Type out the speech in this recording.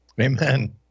Amen